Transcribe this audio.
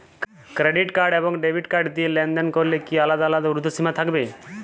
Credit card এবং debit card দিয়ে লেনদেন করলে কি আলাদা আলাদা ঊর্ধ্বসীমা থাকবে?